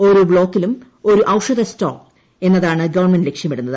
ഓരോ ബ്ലോക്കിലും ഒരു ഔഷധ സ്റ്റോർ എന്നതാണ് ഗവൺമെന്റ് ലക്ഷ്യമിടുന്നത്